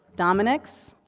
dominic's,